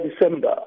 December